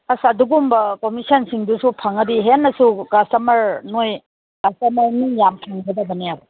ꯑꯁ ꯑꯗꯨꯒꯨꯝꯕ ꯀꯝꯃꯤꯁꯟꯁꯤꯡꯗꯨꯁꯨ ꯐꯪꯉꯗꯤ ꯍꯦꯟꯅꯁꯨ ꯀꯁꯇꯃꯔ ꯅꯣꯏ ꯀꯁꯇꯃꯔ ꯃꯤ ꯌꯥꯝ ꯐꯪꯒꯗꯕꯅꯦꯕ